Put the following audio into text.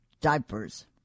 diapers